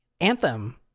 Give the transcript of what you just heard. Anthem